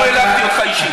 לא העלבתי אותך אישית.